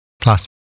plus